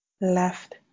Left